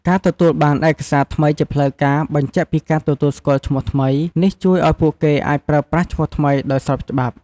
ការទទួលបានឯកសារថ្មីជាផ្លូវការ បញ្ជាក់ពីការទទួលស្គាល់ឈ្មោះថ្មី នេះជួយឲ្យពួកគេអាចប្រើប្រាស់ឈ្មោះថ្មីដោយស្របច្បាប់។